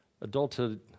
adulthood